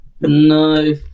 No